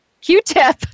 q-tip